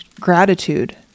gratitude